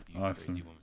Awesome